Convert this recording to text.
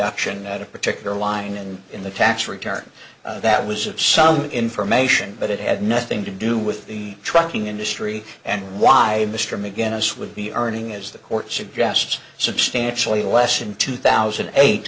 deduction at a particular line and in the tax return that was of some information but it had nothing to do with the trucking industry and why mr mcginnis would be earning as the court suggests substantially less in two thousand and eight